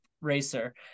racer